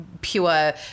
pure